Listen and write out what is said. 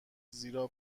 زیرا